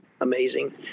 amazing